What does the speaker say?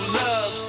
love